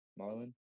Marlon